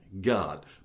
God